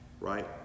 right